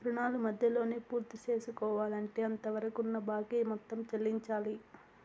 రుణాన్ని మధ్యలోనే పూర్తిసేసుకోవాలంటే అంతవరకున్న బాకీ మొత్తం చెల్లించాలి